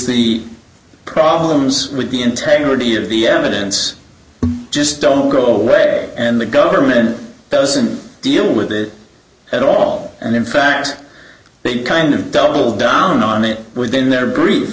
the problems with the integrity of the evidence just don't go away and the government doesn't deal with it at all and in fact big kind of double down on it within their grief